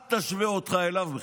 אל תשווה אותך אליו בכלל,